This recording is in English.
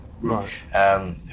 Right